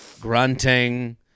grunting